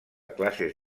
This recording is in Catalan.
classes